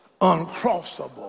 uncrossable